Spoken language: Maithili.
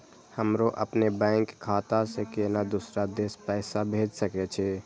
हमरो अपने बैंक खाता से केना दुसरा देश पैसा भेज सके छी?